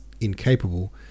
incapable